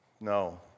No